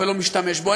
ולא משתמש בו.